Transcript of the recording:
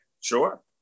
Sure